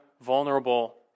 vulnerable